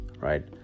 right